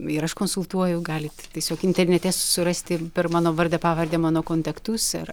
ir aš konsultuoju galit tiesiog internete susirasti per mano vardą pavardę mano kontaktus ir